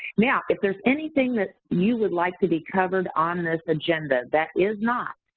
now, if there's anything that you would like to be covered on and this agenda that is not,